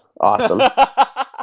Awesome